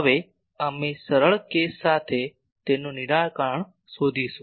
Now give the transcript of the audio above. હવે અમે સરળ કેસ સાથે તેનો નિરાકરણ શોધીશું